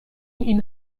این